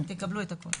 תקבלו את הכול.